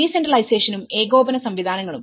ഡീസെൻട്രലൈസേഷനും ഏകോപന സംവിധാനങ്ങളും